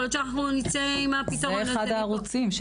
זה אחד הערוצים.